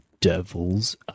Devil's